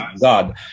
God